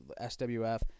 SWF